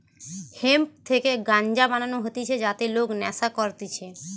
hemp থেকে গাঞ্জা বানানো হতিছে যাতে লোক নেশা করতিছে